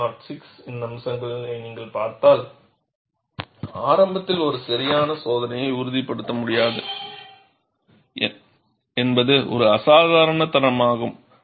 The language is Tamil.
E 399 06 இன் அம்சங்களை நீங்கள் பார்த்தால் ஆரம்பத்தில் ஒரு சரியான சோதனையை உறுதிப்படுத்த முடியாது என்பது ஒரு அசாதாரண தரமாகும்